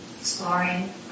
exploring